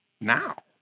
now